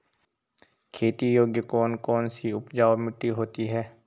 खेती योग्य कौन कौन सी उपजाऊ मिट्टी होती है?